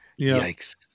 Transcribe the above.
yikes